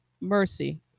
mercy